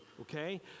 okay